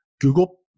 Google